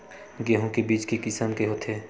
गेहूं के बीज के किसम के होथे?